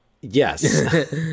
yes